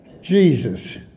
Jesus